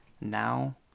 Now